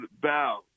bow